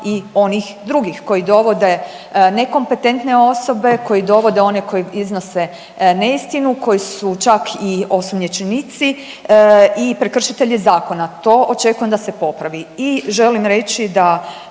i onih drugih koji dovode nekompetentne osobe, koji dovode one koji iznose neistinu, koji su čak i osumnjičenici i prekršitelji zakona. To očekujem da se popravi.